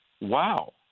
wow—